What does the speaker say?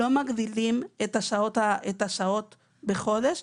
לא מגדילים את מספר השעות בחודש,